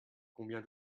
combien